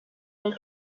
del